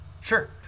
Sure